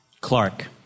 Clark